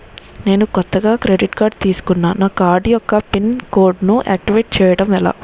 నేను కొత్తగా credit card తిస్కున్నా నా కార్డ్ యెక్క పిన్ కోడ్ ను ఆక్టివేట్ చేసుకోవటం ఎలా?